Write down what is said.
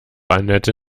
anette